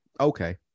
okay